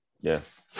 Yes